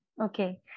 Okay